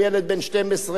הילד בן ה-12,